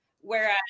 Whereas